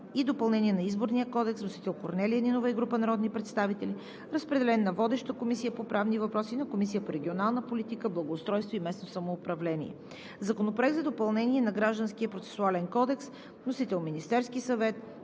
и допълнение на Изборния кодекс. Вносители са Корнелия Нинова и група народни представители. Разпределен е на водещата Комисия по правни въпроси и на Комисията по регионална политика, благоустройство и местно самоуправление. Законопроект за допълнение на Гражданския процесуален кодекс. Вносител е Министерският съвет.